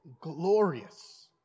glorious